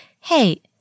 hey